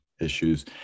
issues